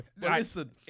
Listen